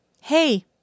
Hey